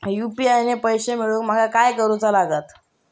UPI ने पैशे मिळवूक माका काय करूचा लागात?